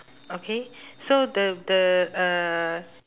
okay so the the uh